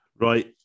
right